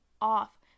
off